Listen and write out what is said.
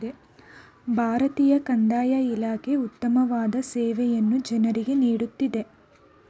ಭಾರತೀಯ ಕಂದಾಯ ಇಲಾಖೆ ಉತ್ತಮವಾದ ಸೇವೆಯನ್ನು ಜನರಿಗೆ ನೀಡುತ್ತಿದೆ